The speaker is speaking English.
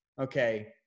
okay